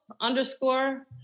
underscore